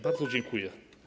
Bardzo dziękuję.